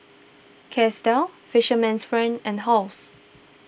Chesdale Fisherman's Friend and Halls